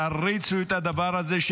תריצו את הדבר הזה,